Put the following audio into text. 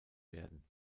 werden